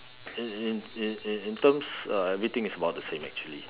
in in in terms uh everything is about the same actually